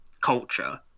culture